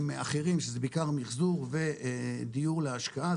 האחרים זה בעיקר מחזור ודיור להשקעה,